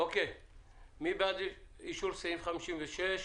מי בעד אישור סעיף 56?